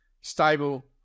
stable